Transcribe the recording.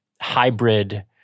hybrid